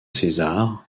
césar